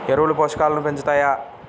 ఎరువులు పోషకాలను పెంచుతాయా?